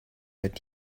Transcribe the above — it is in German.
wird